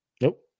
Nope